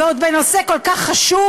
ועוד בנושא כל כך חשוב?